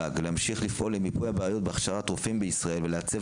ולמל"ג להמשיך לפעול למיפוי הבעיות בהכשרת רופאים בישראל ולעצב